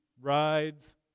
rides